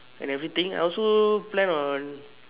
and everything I also plan on